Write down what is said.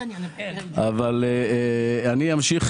ארז, מניסיון: